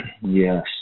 Yes